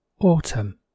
Autumn